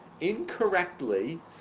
incorrectly